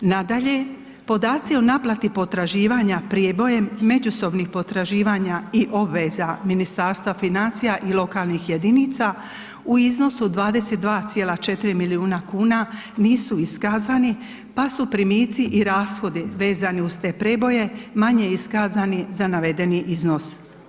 Nadalje, podaci o naplati potraživanja prijebojem međusobnih potraživanja i obveza Ministarstva financija i lokalnih jedinica u iznosu 22,4 milijuna kuna nisu iskazani, pa su primici i rashodi vezani uz te preboje, manje iskazani za navedeni iznos.